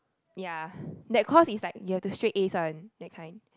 ya that course is like you have to straight Ace one that kind